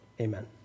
amen